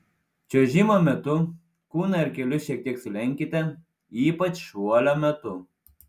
čiuožimo metu kūną ir kelius šiek tiek sulenkite ypač šuolio metu